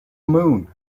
moon